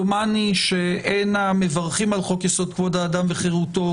דומני שהן המברכים על חוק יסוד: כבוד האדם וחירותו,